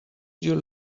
your